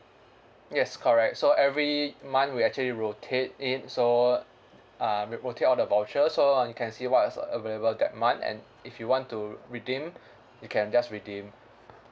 yes correct so every month we actually rotate it so uh rotate all the voucher so um you can see what's available that month and if you want to redeem you can just redeem